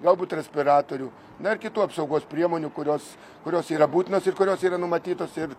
galbūt respiratorių na ir kitų apsaugos priemonių kurios kurios yra būtinos ir kurios yra numatytos ir